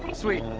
sweet.